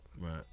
Right